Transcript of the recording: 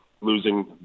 losing